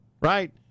Right